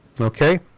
Okay